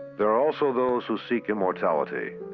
there are also those who seek immortality.